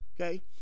okay